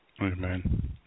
Amen